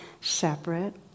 separate